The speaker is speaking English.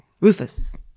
rufus